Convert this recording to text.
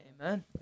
Amen